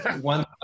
one